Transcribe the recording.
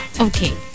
Okay